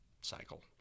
cycle